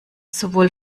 sowohl